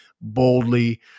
boldly